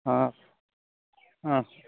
অঁ অঁ